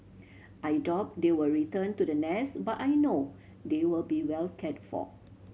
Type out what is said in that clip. I doubt they will return to the nest but I know they will be well cared for